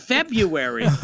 February